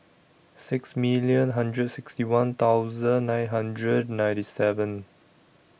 six million hundred sixty one thousand nine hundred ninety seven